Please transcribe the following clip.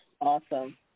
Awesome